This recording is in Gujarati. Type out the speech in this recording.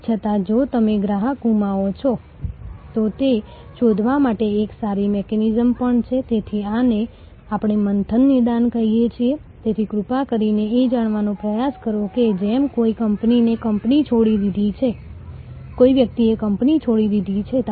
તેથી હાર્ડવેર ઉત્પાદકો સોફ્ટવેર ઉત્પાદકો નેટવર્ક સાધનો ઉત્પાદકો તેઓ ઘણીવાર આડકતરી રીતે આ ક્રિયાપ્રતિક્રિયા ચાલુ રાખે છે અને એકબીજાને લીડ આપે છે